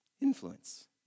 Influence